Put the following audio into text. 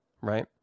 right